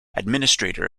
administrator